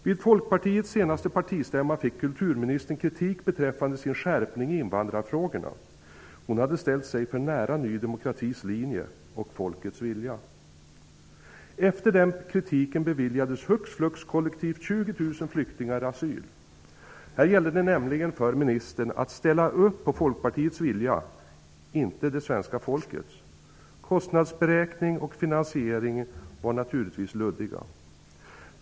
Vid Folkpartiets senaste partistämma fick kulturministern kritik beträffande sin skärpning i invandrarfrågorna. Hon hade ställt sig för nära Ny demokratis linje och folkets vilja. Efter den kritiken beviljades hux flux kollektivt 20 000 flyktingar asyl. Här gällde det nämligen för ministern att ställa upp på Folkpartiets vilja, inte på svenska folkets. Kostnadsberäkning och finansiering var naturligtvis luddiga.